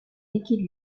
liquide